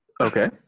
okay